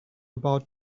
about